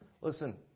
Listen